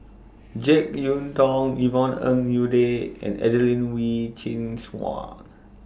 Jek Yeun Thong Yvonne Ng Uhde and Adelene Wee Chin Suan